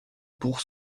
pour